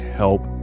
help